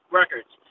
records